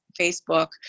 facebook